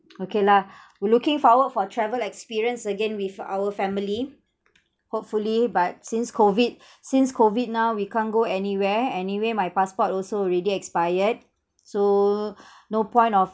okay lah we're looking forward for travel experience again with our family hopefully but since COVID since COVID now we can't go anywhere anyway my passport also already expired so no point of